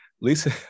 Lisa